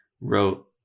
wrote